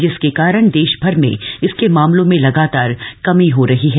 जिसके काप्रण देश भर में इसके मामलों में लगाप्ताप्र कमी हो रही है